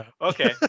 Okay